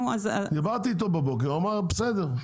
דיברתי איתו בבוקר הוא אמר בסדר,